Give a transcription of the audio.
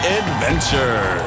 adventure